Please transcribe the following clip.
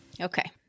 Okay